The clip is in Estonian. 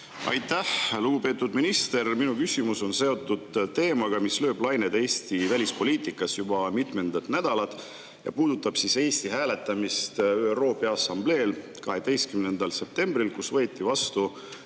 Aitäh! Lugupeetud minister! Minu küsimus on seotud teemaga, mis lööb laineid Eesti välispoliitikas juba mitmendat nädalat ja puudutab Eesti hääletamist ÜRO Peaassambleel 12. septembril, kui võeti vastu